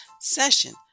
session